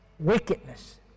wickedness